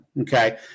Okay